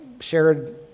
shared